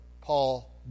Paul